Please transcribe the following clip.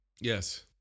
Yes